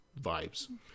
vibes